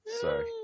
sorry